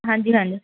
ਹਾਂਜੀ ਹਾਂਜੀ